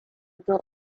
built